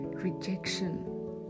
rejection